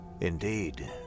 Indeed